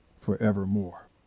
forevermore